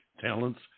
talents